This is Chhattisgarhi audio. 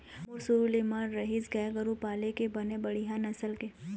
मोर शुरु ले मन रहिस गाय गरु पाले के बने बड़िहा नसल के